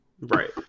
Right